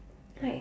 like